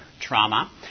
trauma